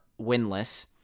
winless